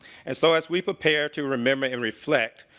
and so as we prepare to remember and reflect,